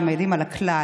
שמעידים על הכלל,